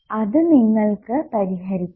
അത് നിങ്ങൾക്ക് പരിഹരിക്കാം